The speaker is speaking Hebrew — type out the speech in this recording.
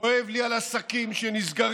כואב לי על עסקים שנסגרים,